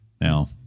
Now